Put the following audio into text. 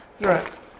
Right